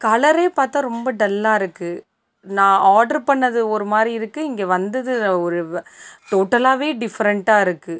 கலரே பார்த்தா ரொம்ப டல்லா இருக்குது நான் ஆட்ர்ரு பண்ணது ஒருமாதிரி இருக்குது இங்கே வந்தது ஒரு இவ் டோட்டலாவே டிஃபரெண்ட்டாக இருக்குது